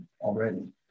already